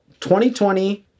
2020